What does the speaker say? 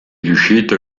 riuscito